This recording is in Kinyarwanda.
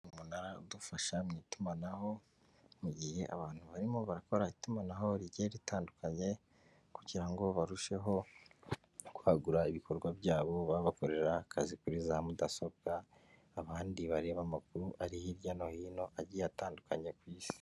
Umunara udufasha mu itumanaho, mu gihe abantu barimo barakora itumanaho rigiye ritandukanye kugira ngo barusheho kwagura ibikorwa byabo babakorera akazi kuri za mudasobwa, abandi bareba amakuru ari hirya no hino agiye atandukanye ku isi.